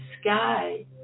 sky